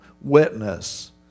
witness